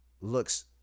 looks